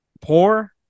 poor